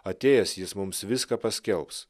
atėjęs jis mums viską paskelbs